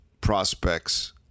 prospects